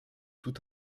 tout